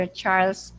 charles